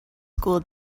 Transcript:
school